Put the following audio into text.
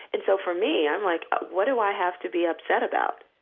and so for me, i'm, like, what do i have to be upset about?